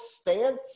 stance